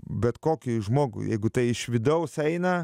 bet kokį žmogų jeigu tai iš vidaus eina